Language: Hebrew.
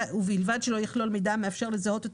ובלבד שלא יכלול מידע המאפשר לזהות את